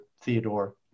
Theodore